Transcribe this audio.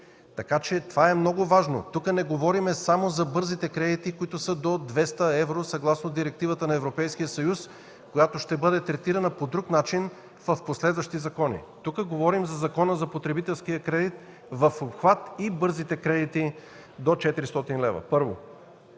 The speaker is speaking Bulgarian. Така че това е много важно. Тук не говорим само за бързите кредити, които са до 200 евро съгласно директивата на Европейския съюз, която ще бъде третирана по друг начин в последващи закони. Тук говорим за Закона за потребителския кредит в обхват и бързите кредити до 400 лв. – първо.